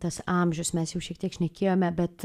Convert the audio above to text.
tas amžius mes jau šiek tiek šnekėjome bet